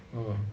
mm